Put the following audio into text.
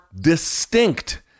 distinct